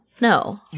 No